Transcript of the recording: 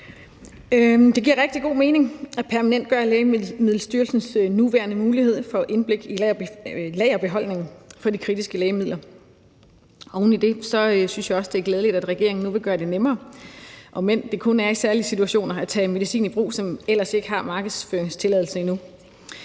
Det giver rigtig god mening at permanentgøre Lægemiddelstyrelsens nuværende mulighed for indblik i lagerbeholdningen af kritiske lægemidler. Oven i det synes jeg også det er glædeligt, at regeringen nu vil gøre det nemmere, om end det kun er i særlige situationer, at tage medicin i brug, som ellers ikke har markedsføringstilladelse endnu.